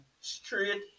straight